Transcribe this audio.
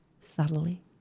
subtly